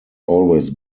always